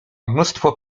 mnóstwo